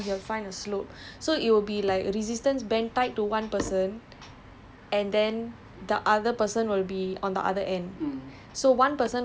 so either we must go macRitchie on saturday or like wi~ the within the neighbourhood itself he will find a slope so it'll be like a resistance band tied to one person